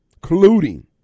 colluding